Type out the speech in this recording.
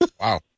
Wow